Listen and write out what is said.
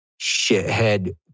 shithead